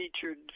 featured